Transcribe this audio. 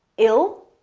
il.